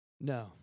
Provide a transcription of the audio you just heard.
No